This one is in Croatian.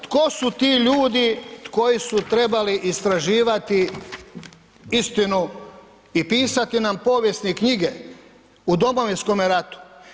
Tko su ti ljudi koji su trebali istraživati istinu i pisati nam povijesne knjige o Domovinskome ratu?